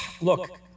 look